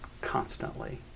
constantly